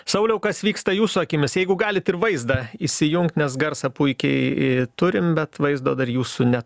sauliau kas vyksta jūsų akimis jeigu galit ir vaizdą įsijungt nes garsą puikiai turim bet vaizdo dar jūsų ne